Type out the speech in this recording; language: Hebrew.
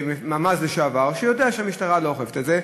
ממ"ז לשעבר, שיודע שהמשטרה לא אוכפת את זה.